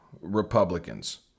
republicans